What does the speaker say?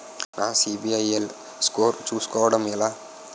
నా సిబిఐఎల్ స్కోర్ చుస్కోవడం ఎలా?